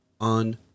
on